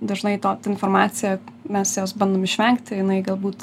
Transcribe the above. dažnai to ta informacija mes jos bandom išvengti jinai galbūt